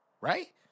Right